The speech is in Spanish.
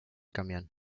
camión